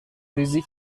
ریزی